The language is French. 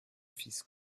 fils